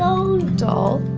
doll,